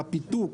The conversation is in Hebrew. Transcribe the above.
של הפיתוק,